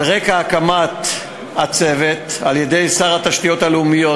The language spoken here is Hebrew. על רקע הקמת הצוות על-ידי שר התשתיות הלאומיות,